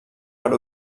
per